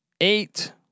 eight